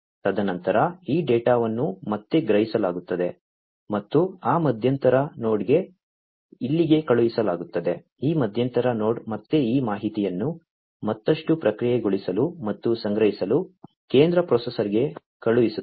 ತದನಂತರ ಈ ಡೇಟಾವನ್ನು ಮತ್ತೆ ಗ್ರಹಿಸಲಾಗುತ್ತದೆ ಮತ್ತು ಆ ಮಧ್ಯಂತರ ನೋಡ್ಗೆ ಇಲ್ಲಿಗೆ ಕಳುಹಿಸಲಾಗುತ್ತದೆ ಈ ಮಧ್ಯಂತರ ನೋಡ್ ಮತ್ತೆ ಈ ಮಾಹಿತಿಯನ್ನು ಮತ್ತಷ್ಟು ಪ್ರಕ್ರಿಯೆಗೊಳಿಸಲು ಮತ್ತು ಸಂಗ್ರಹಿಸಲು ಕೇಂದ್ರ ಪ್ರೊಸೆಸರ್ಗೆ ಕಳುಹಿಸುತ್ತದೆ